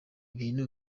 bintu